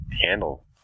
handle